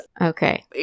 Okay